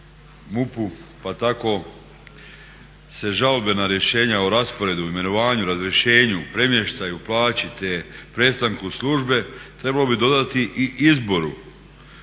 pa tako se žalbe na rješenja o rasporedu, imenovanju, razrješenju, premještaju, plaći te prestanku službe trebalo bi dodati i izboru